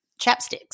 Chapsticks